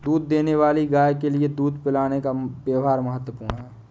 दूध देने वाली गाय के लिए दूध पिलाने का व्यव्हार महत्वपूर्ण है